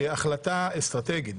כהחלטה אסטרטגית,